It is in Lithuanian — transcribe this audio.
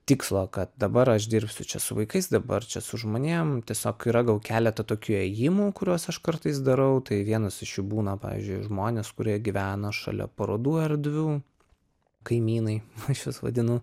tikslo kad dabar aš dirbsiu čia su vaikais dabar čia su žmonėm tiesiog yra gal keleta tokių ėjimų kuriuos aš kartais darau tai vienas iš jų būna pavyzdžiui žmonės kurie gyvena šalia parodų erdvių kaimynai aš juos vadinu